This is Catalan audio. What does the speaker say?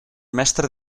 mestre